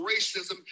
racism